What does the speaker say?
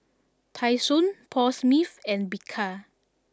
Tai Sun Paul Smith and Bika